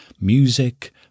music